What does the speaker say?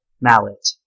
Mallet